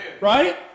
right